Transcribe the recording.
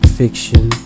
fiction